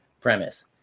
premise